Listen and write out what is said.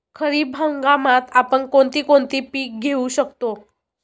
खरीप हंगामात आपण कोणती कोणती पीक घेऊ शकतो?